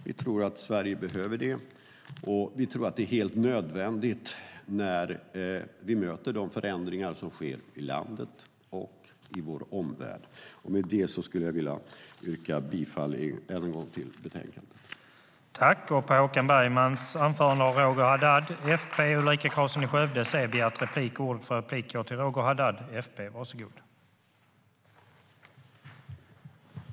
Vi tror att Sverige behöver det. Vi tror att detta är helt nödvändigt när vi möter de förändringar som sker i landet och i vår omvärld. Med det skulle jag än en gång vilja yrka bifall till förslaget i betänkandet.